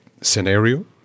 scenario